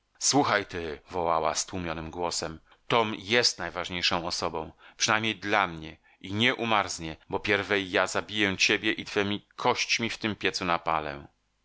słuchaj ty wołała stłumionym głosem tom jest najważniejszą osobą przynajmniej dla mnie i nie umarznie bo pierwej ja zabiję ciebie i twemi kośćmi w tym piecu napalę